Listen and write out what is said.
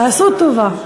תעשו טובה.